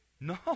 No